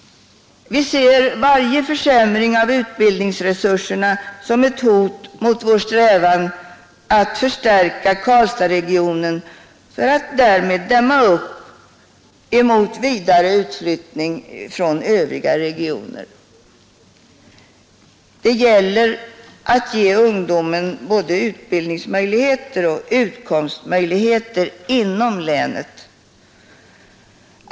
Varje försämring av utbildningsresurserna betraktar vi som ett hot mot vår strävan att förstärka Karlstadsregionen för att därmed dämma upp mot vidare utflyttning från övriga regioner. Det gäller att ge ungdomen både utbildningsoch utkomstmöjligheter inom länet.